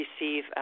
receive